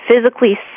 physically